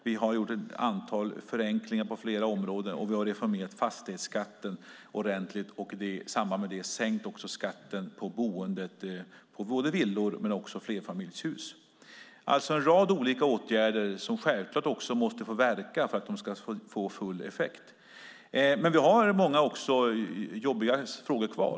Vi har gjort ett antal förenklingar på flera områden, och vi har reformerat fastighetsskatten ordentligt och i samband med det sänkt skatten på boendet i både villor och flerfamiljshus. Det är alltså en rad olika åtgärder som självklart måste få verka för att de ska få full effekt. Men vi har många jobbiga frågor kvar.